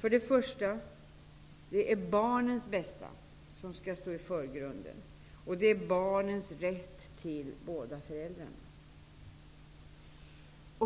För det första är det barnens bästa som skall stå i förgrunden. Det är barnens rätt till båda föräldrarna.